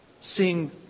seeing